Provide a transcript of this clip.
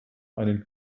einen